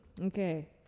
okay